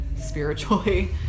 spiritually